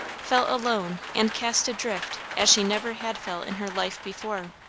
felt alone and cast adrift as she never had felt in her life before.